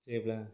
जेब्ला